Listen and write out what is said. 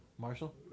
Marshall